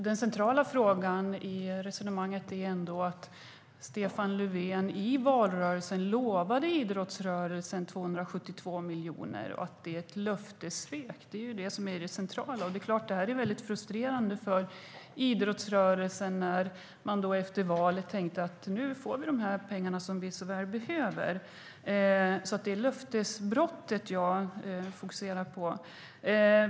Fru talman! Den centrala frågan är ändå att Stefan Löfven i valrörelsen lovade idrottsrörelsen 272 miljoner, och det löftet har han svikit. Det är väldigt frustrerande för idrottsrörelsen när man trodde att man efter valet skulle få de pengar som man så väl behöver. Det är det löftesbrottet som jag fokuserar på.